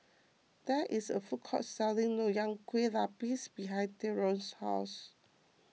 there is a food court selling Nonya Kueh Lapis behind theron's house